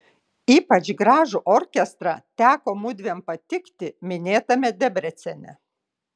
ypač gražų orkestrą teko mudviem patikti minėtame debrecene